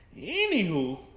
Anywho